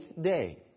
day